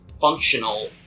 Functional